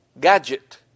gadget